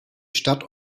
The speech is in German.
stadt